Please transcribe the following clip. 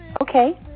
Okay